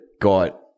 got